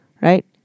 Right